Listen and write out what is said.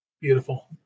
Beautiful